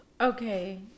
okay